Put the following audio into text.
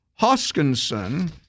Hoskinson